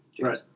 Right